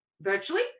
virtually